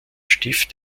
stift